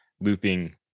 looping